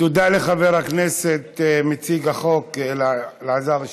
תודה לחבר הכנסת מציג החוק אלעזר שטרן.